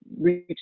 reach